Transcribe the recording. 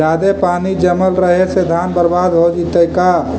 जादे पानी जमल रहे से धान बर्बाद हो जितै का?